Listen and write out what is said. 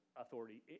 authority